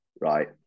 right